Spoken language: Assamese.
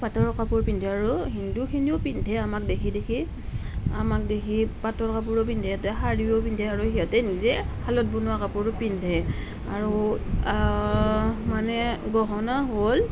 পাটৰ কাপোৰ পিন্ধে আৰু হিন্দুখিনিও পিন্ধে আমাক দেখি দেখি আমাক দেখি পাটৰ কাপোৰো পিন্ধে শাড়ীও পিন্ধে আৰু সিহঁতে শালত বনোৱা কাপোৰো পিন্ধে আৰু মানে গহনা হ'ল